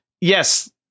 yes